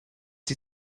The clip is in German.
die